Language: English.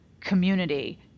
community